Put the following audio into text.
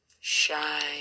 Shine